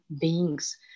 beings